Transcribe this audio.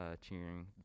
cheering